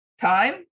Time